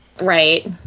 right